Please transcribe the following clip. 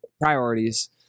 Priorities